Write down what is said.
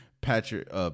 Patrick